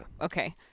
Okay